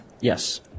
Yes